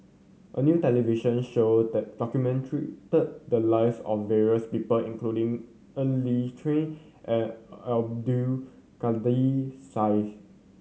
a new television show the lives of various people including Ng Li and Abdul Kadir Syed